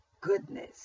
goodness